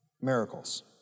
miracles